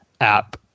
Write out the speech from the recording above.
app